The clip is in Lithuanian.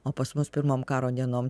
o pas mus pirmom karo dienom